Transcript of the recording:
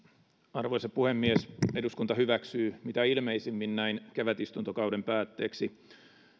arvoisa puhemies eduskunta hyväksyy mitä ilmeisimmin näin kevätistuntokauden päätteeksi